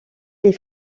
les